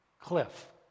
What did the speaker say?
cliff